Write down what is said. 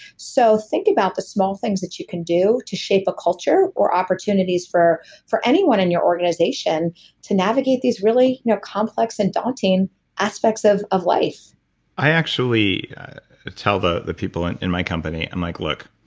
so think about the small things that you can do to shape a culture or opportunities for for anyone in your organization to navigate these really complex and daunting aspects of of life i actually tell the the people in in my company. i'm like, look,